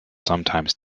sometimes